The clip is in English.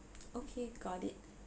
okay got it